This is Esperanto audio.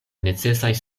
necesas